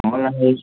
मलाई